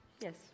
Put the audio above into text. Yes